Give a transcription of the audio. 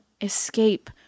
escape